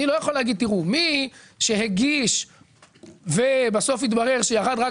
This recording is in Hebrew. אני לא יכול להגיד: מי שהגיש ובסוף התברר שירד רק